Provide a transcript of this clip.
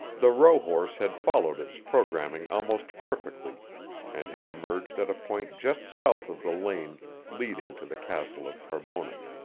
the rohorse had followed its programming almost perfectly and had emerged at a point just south of the lane leading to the castle of carbonek.